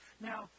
Now